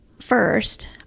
First